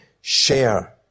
share